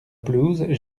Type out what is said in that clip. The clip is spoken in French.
pelouse